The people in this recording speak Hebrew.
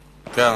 פה,